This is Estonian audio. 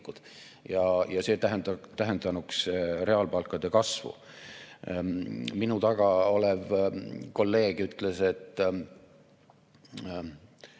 Ja see tähendanuks reaalpalkade kasvu. Minu taga olev kolleeg ütles, et